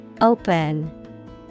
Open